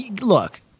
Look